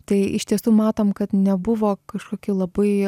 tai iš tiesų matom kad nebuvo kažkokie labai